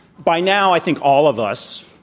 by now i think all of us,